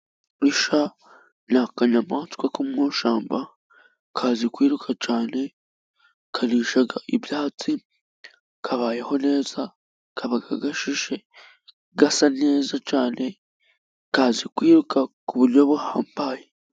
Isha ni akanyamaswa ko mu ishyamba kazi kwiruka cyane, karisha ibyatsi, kabayeho neza, kaba gashishe gasa neza cane, kazi kwiruka ku buryo buhambaye.